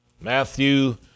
Matthew